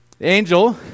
angel